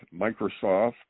Microsoft